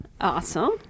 Awesome